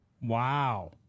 Wow